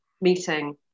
meeting